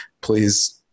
please